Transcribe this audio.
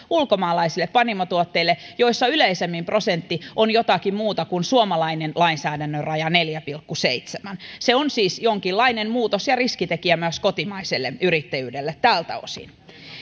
ulkomaalaisille panimotuotteille joissa yleisemmin prosentti on jotakin muuta kuin suomalainen lainsäädännön raja neljä pilkku seitsemän se on siis jonkinlainen muutos ja riskitekijä myös kotimaiselle yrittäjyydelle tältä osin